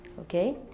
Okay